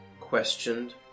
questioned